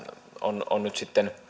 on on nyt sitten